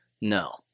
no